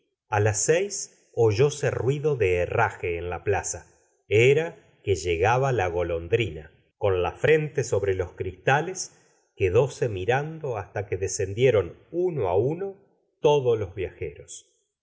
a las seis oyóse ruido de herraje en la plaza era que llegaba cla golondrina con la frente sobre los cristales quedóse mirando hasta que descendieron uno á uno todos los viajeros